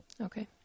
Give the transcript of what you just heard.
okay